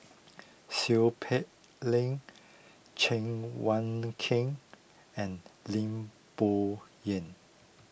Seow Peck Leng Cheng Wai Keung and Lim Bo Yam